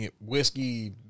Whiskey